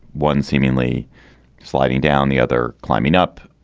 one seemingly sliding down the other. climbing up.